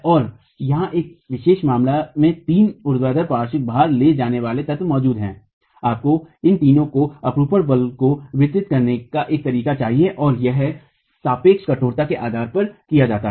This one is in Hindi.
और यहां इस विशेष मामले में तीन ऊर्ध्वाधर पार्श्व भार ले जाने वाले तत्व मौजूद हैं आपको इन तीनों को अपरूपण बल को वितरित करने का एक तरीका चाहिए और यह सापेक्ष कठोरता के आधार पर किया जाता है